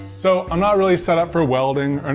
so i'm not really set up for welding. and